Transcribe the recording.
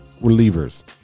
relievers